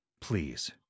Please